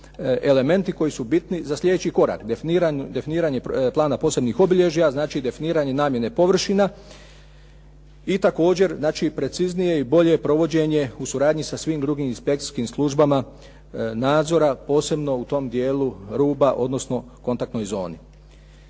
elementi koji su bitni za sljedeći korak. Definiranje plana posebnih obilježja, znači definiranje namjena površina i također preciznije i bolje provođenje u suradnji sa svim drugim inspekcijskim službama nadzora, posebno u tom dijelu ruba, odnosno kontaktnoj zoni.